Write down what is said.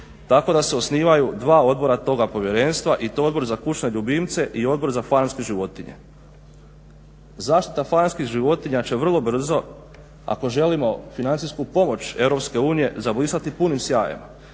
tako da se osnivaju dva odbora toga povjerenstva i to Odbor za kućne ljubimce i Odbor za farmske životinje. Zaštita farmskih životinja će vrlo brzo ako želimo financijsku pomoć Europske unije zablistati punim sjajem